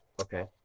okay